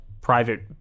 private